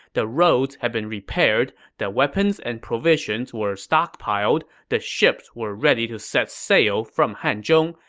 the roads had been repaired, the weapons and provisions were stockpiled, the ships were ready to set sail from hanzhong,